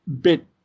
bit